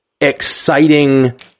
exciting